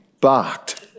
barked